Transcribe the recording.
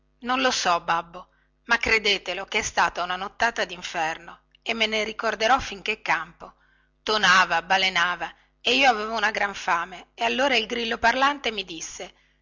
non lo so babbo ma credetelo che è stata una nottata dinferno e me ne ricorderò fin che campo tonava balenava e io avevo una gran fame e allora il grillo parlante mi disse